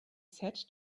said